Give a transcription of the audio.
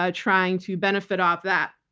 ah trying to benefit off that.